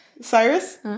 Cyrus